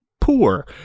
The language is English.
poor